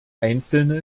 einzelne